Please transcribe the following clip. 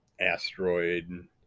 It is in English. asteroid